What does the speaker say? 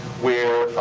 where